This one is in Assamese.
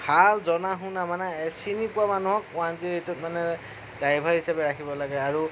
ভাল জনা শুনা মানে এই চিনি পোৱা মানুহক ওৱান জিৰ' এইটত মানে ড্ৰাইভাৰ হিচাপে ৰাখিব লাগে আৰু